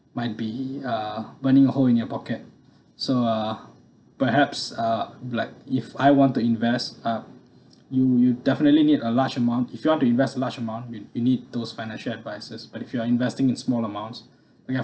might be uh burning hole in your pocket so uh perhaps uh like if I want to invest uh you definitely need a large amount if you want to invest large amount we we need those financial advisors but if you are investing in small amounts you have